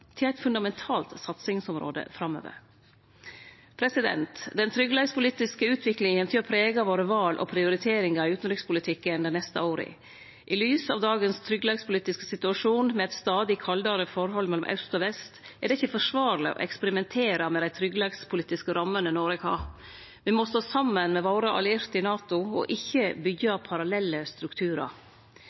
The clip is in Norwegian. til eit fundamentalt satsingsområde framover. Den tryggleikspolitiske utviklinga kjem til å prege våre val og prioriteringar i utanrikspolitikken dei neste åra. I lys av dagens tryggleikspolitiske situasjon, med eit stadig kaldare forhold mellom aust og vest, er det ikkje forsvarleg å eksperimentere med dei tryggleikspolitiske rammene Noreg har. Me må stå saman med våre allierte i NATO og ikkje byggje parallelle strukturar.